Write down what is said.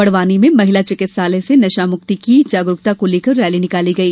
बड़वानी में महिला चिकित्सालय से नशामुक्ति की जागरूकता को लेकर रैली निकाली गई